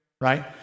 right